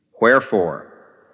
Wherefore